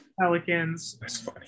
Pelicans